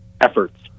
efforts